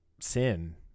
Sin